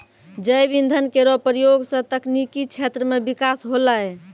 जैव इंधन केरो प्रयोग सँ तकनीकी क्षेत्र म बिकास होलै